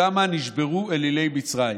שם נשברו אלילי מצרים.